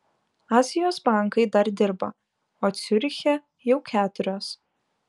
azijos bankai dar dirba o ciuriche jau keturios